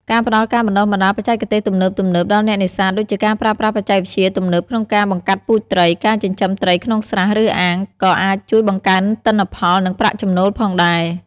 ការផ្តល់ការបណ្តុះបណ្តាលបច្ចេកទេសទំនើបៗដល់អ្នកនេសាទ ដូចជាការប្រើប្រាស់បច្ចេកវិទ្យាទំនើបក្នុងការបង្កាត់ពូជត្រី ការចិញ្ចឹមត្រីក្នុងស្រះ ឬអាង ក៏អាចជួយបង្កើនទិន្នផល និងប្រាក់ចំណូលផងដែរ។